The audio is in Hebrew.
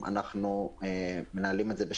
אנחנו עושים אותו היום פה.